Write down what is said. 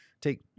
take